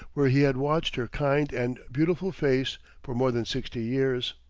where he had watched her kind and beautiful face for more than sixty years.